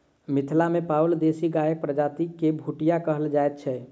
मिथिला मे पाओल देशी गायक प्रजाति के भुटिया कहल जाइत छै